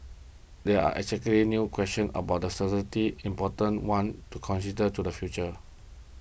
they are exactly new questions about the certainty important ones to consider to the future